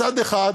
מצד אחד,